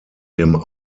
dem